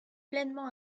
pleinement